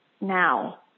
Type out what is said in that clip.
now